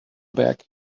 back